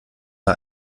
bei